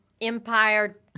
empire